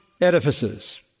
edifices